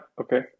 okay